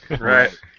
Right